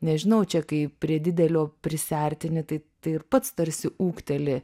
nežinau čia kaip prie didelio prisiartini tai tai ir pats tarsi ūgteli